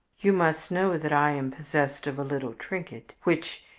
you must know that i am possessed of a little trinket which,